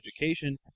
education